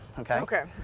okay? okay.